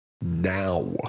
now